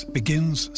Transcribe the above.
begins